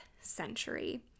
century